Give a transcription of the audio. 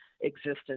existence